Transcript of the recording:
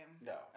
no